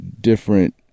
different